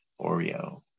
Oreo